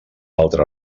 altre